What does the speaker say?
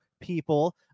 people